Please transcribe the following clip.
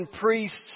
priests